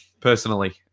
personally